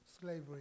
slavery